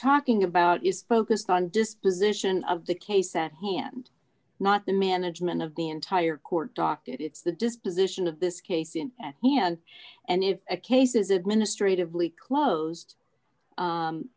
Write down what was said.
talking about is focused on disposition of the case that he and not the management of the entire court docket it's the disposition of this case in hand and is a cases administrative lee closed